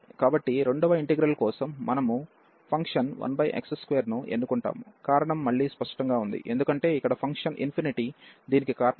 కాబట్టి రెండవ ఇంటిగ్రల్ కోసం మనము ఫంక్షన్ 1x2 ను ఎన్నుకుంటాము కారణం మళ్ళీ స్పష్టంగా ఉంది ఎందుకంటే ఇక్కడ ఫంక్షన్ దీనికి కారణం